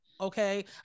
okay